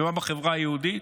ומה בחברה היהודית?